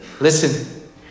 Listen